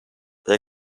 they